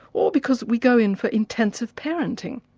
or because we go in for intensive parenting?